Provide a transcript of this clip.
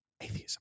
atheism